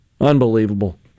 Unbelievable